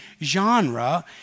genre